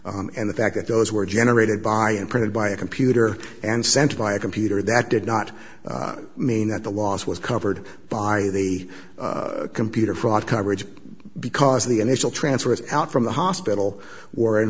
gone and the fact that those were generated by and printed by a computer and sent by a computer that did not mean that the loss was covered by the computer fraud coverage because of the initial transfers out from the hospital were in